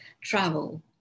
travel